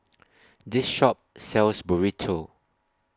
This Shop sells Burrito